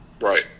Right